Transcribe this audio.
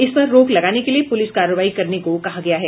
इसपर रोक लगाने के लिए पुलिस कार्रवाई करने को कहा गया है